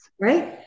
right